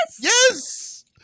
yes